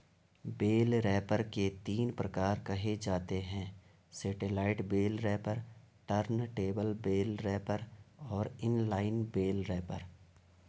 bell wrapper के तीन प्रकार कहे जाते हैं satellite bale wrapper, turntable bale wrapper और इन लाइन बेल रैपर